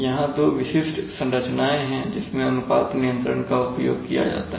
यहां दो विशिष्ट संरचनाएं हैं जिसमें अनुपात नियंत्रण का उपयोग किया जाता है